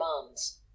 commands